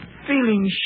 feeling